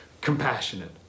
compassionate